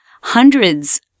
hundreds